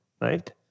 right